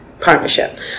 partnership